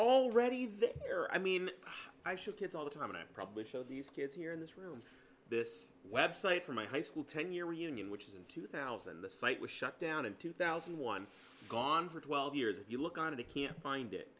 year i mean i should kids all the time and i probably show these kids here in this room this website for my high school ten year reunion which is in two thousand the site was shut down in two thousand one gone for twelve years if you look on it i can't find it